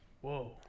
whoa